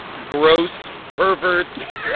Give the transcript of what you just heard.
gross perverts,